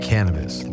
Cannabis